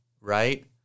right